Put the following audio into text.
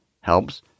helps